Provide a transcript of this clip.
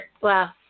Wow